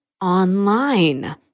online